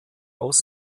aus